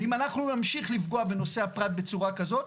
ואם אנחנו נמשיך לפגוע בנושא הפרט בצורה כזאת,